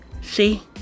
See